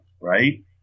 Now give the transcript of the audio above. right